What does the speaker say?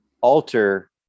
alter